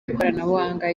ikoranabuhanga